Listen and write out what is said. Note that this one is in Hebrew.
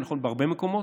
וזה נכון בהרבה מקומות,